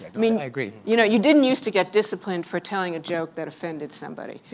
i mean i agree. you know you didn't used to get disciplined for telling a joke that offended somebody.